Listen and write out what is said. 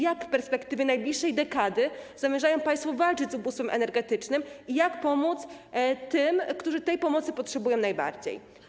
Jak w perspektywie najbliższej dekady zamierzają państwo walczyć z ubóstwem energetycznym i pomóc tym, którzy tej pomocy potrzebują najbardziej?